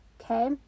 Okay